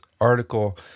article